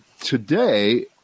today